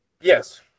Yes